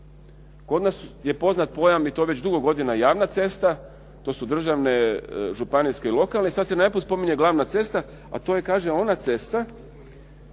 Kod nas je poznat pojam i to je već dugo godina javna cesta, to su državne, županijske i lokalne, i sad se najedanput spominje glavna cesta, a to je kaže ona cesta,